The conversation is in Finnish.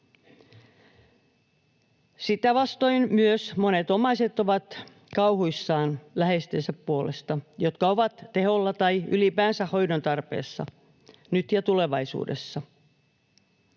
Sitä vastoin myös monet omaiset ovat kauhuissaan läheistensä puolesta, jotka ovat teholla tai ylipäänsä hoidon tarpeessa nyt ja tulevaisuudessa.